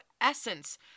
essence